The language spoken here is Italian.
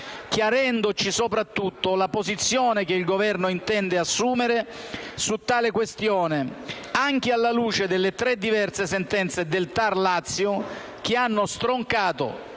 chiarendoci soprattutto la posizione che il Governo intende assumere su tale questione, anche alla luce delle tre diverse sentenze del TAR Lazio, che hanno stroncato,